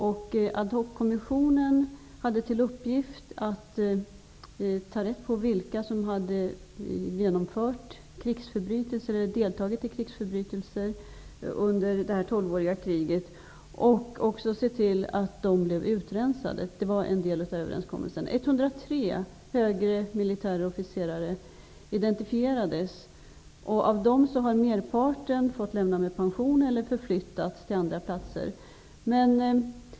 Ad hoc-kommissionen hade till uppgift att leta rätt på dem som hade deltagit i krigsförbrytelser under detta tolvåriga krig och se till att de blev utrensade ur militären. Det var en del av överenskommelsen. 103 högre militära officerare identifierades. Av dem har merparten fått lämna sin tjänst med pension eller förflyttats till andra ställen.